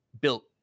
built